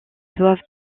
doivent